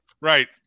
Right